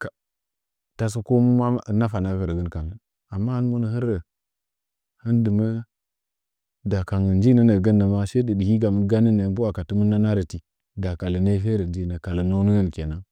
ka tasɚ kou nofanɚ akɨrɚgɚn kangɚn amma hin rɚ hin dɨ mɚɚ da kangɚn njinɚ nɚɚgɚn ma mashiye ɗɚɗɚ higamɨn ganama bwang tɨmɨn nana rɚti daka lɚnɚnyi fere njinɚ ka lɚnɚu nɚngɚn kenan.